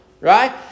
right